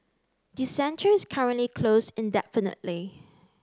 the centre is currently closed indefinitely